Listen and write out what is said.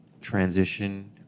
transition